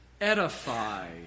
edify